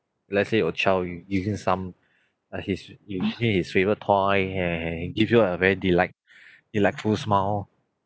let's say your child you give him some uh his you give him his favourite toy and give you a very delight delightful smile